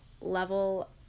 level